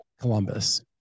Columbus